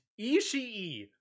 Ishii